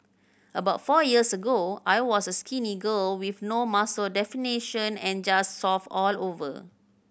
about four years ago I was a skinny girl with no muscle definition and just soft all over